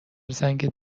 زنگ